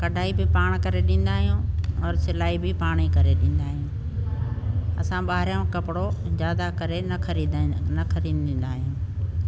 कॾाई बि पाण करे ॾींदा आहियूं और सिलाई बि पाण ई करे ॾींदा आहियूं असां ॿाहिरों कपिड़ो ज्यादा करे न ख़रीदंदा न ख़रीदंदा आहियूं